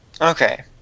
Okay